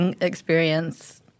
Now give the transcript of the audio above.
experience